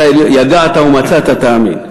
יגעת ומצאת, תאמין.